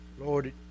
Lord